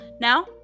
Now